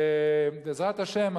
ובעזרת השם,